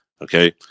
okay